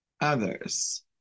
others